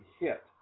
hit